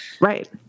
Right